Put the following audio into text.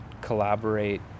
collaborate